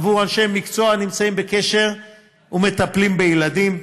עבור אנשי מקצוע הנמצאים בקשר ומטפלים בילדים,